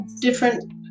different